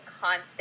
constant